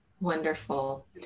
Wonderful